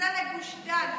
בכניסה לגוש דן,